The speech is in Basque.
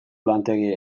lantegiei